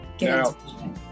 Now